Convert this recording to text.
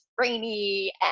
rainy